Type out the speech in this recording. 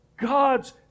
God's